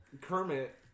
Kermit